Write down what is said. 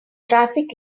traffic